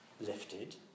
lifted